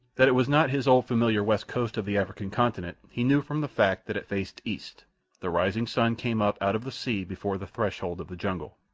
that it was not his old familiar west coast of the african continent he knew from the fact that it faced east the rising sun came up out of the sea before the threshold of the jungle.